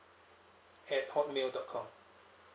at hotmail dot com